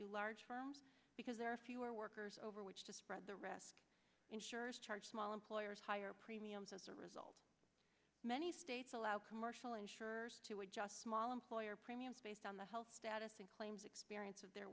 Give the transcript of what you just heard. do large firms because there are fewer workers over which to spread the rest insurers charge small employers higher premiums as a result many states allow commercial insurers to adjust small employer premiums based on the health status and claims experience of their